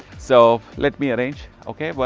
so let me arrange. okay but